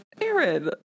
Aaron